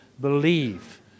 believe